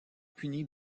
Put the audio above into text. punis